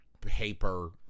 paper